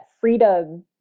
freedom